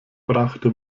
brachte